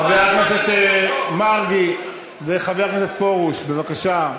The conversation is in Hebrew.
חבר הכנסת מרגי וחבר הכנסת פרוש, בבקשה.